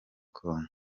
congo